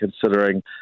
considering